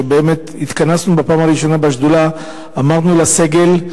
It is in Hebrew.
כשהתכנסנו בפעם הראשונה בשדולה אמרנו לסגל: